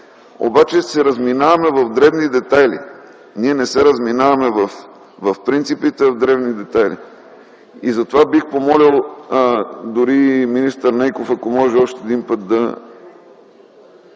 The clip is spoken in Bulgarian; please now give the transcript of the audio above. обаче се разминаваме в дребни детайли. Ние не се разминаваме в принципите, а в дребните детайли. Затова бих помолил, дори и министър Нейков, ако може още един път да